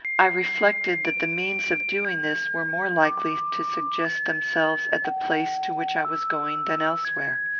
i reflected, that the means of doing this were more likely to suggest themselves at the place to which i was going than elsewhere.